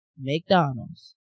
McDonald's